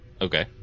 Okay